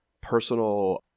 personal